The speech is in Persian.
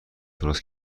درست